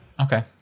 Okay